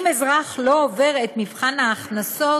אם אזרח לא עובר את מבחן ההכנסות,